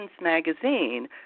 magazine